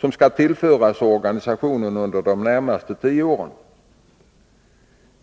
som skall tillföras organisationen under de närmast tio åren.